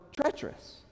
treacherous